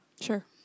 sure